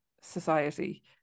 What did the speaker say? society